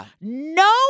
no